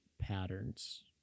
patterns